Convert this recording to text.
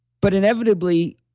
but inevitably,